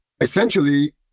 Essentially